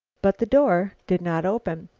but the door did not open.